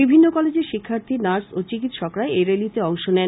বিভিন্ন কলেজের শিক্ষার্থী নার্স ও চিকিৎসকরা এই র্যালীতে অংশ নেন